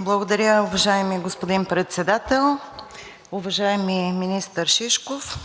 Благодаря, уважаеми господин Председател. Уважаеми министър Шишков,